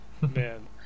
Man